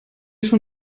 schon